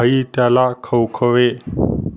खायी त्याला खवखवे